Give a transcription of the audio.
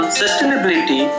sustainability